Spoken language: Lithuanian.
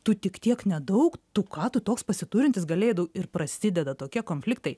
tu tik tiek nedaug tu ką tu toks pasiturintis galėjai ir prasideda tokie konfliktai